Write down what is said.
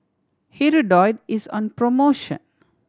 Hirudoid is on promotion